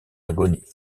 agonie